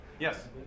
Yes